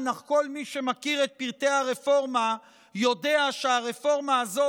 אך כל מי שמכיר את פרטי הרפורמה יודע שהרפורמה הזאת